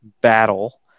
battle